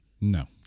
no